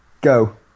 Go